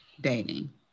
dating